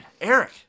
Eric